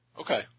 Okay